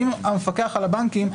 האם המפקח על הבנקים,